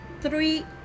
three